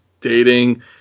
dating